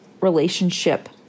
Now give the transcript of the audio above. relationship